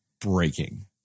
breaking